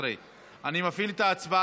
2003. אני מפעיל את ההצבעה.